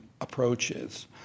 Approaches